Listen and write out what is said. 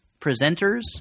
presenters